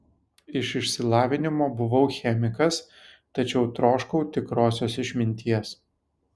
iš išsilavinimo buvau chemikas tačiau troškau tikrosios išminties